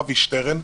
אבי שטרן.